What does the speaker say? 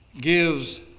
gives